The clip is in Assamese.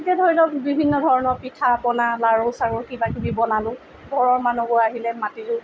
এতিয়া ধৰি লওক বিভিন্ন ধৰণৰ পিঠা পনা লাৰু চাৰু কিবাকিবি বনালোঁ ঘৰৰ মানুহবোৰ আহিলে মাতিলোঁ